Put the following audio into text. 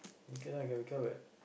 okay lah you can recovered